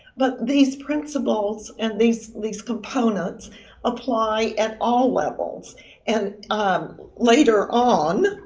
but these principles and these these components apply at all levels and later on,